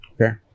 Okay